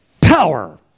power